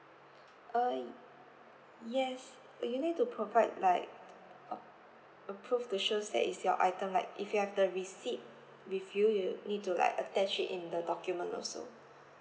err yes uh you need to provide like uh a prove to shows that is your item like if you have the receipt with you you need to like attach it in the document also